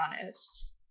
honest